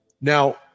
Now